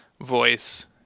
voice